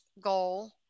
goal